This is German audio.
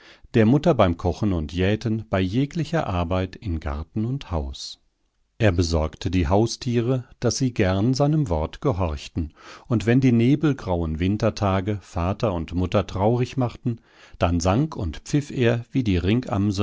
der mutter beim kochen und jäten bei jeglicher arbeit in garten und haus er besorgte die haustiere daß sie gern seinem wort gehorchten und wenn die nebelgrauen wintertage vater und mutter traurig machten dann sang und pfiff er wie die